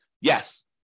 Yes